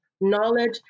Knowledge